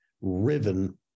riven